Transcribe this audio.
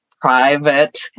private